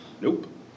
Nope